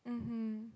mmhmm